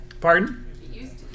pardon